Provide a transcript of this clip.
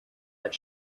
but